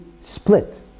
split